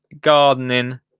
gardening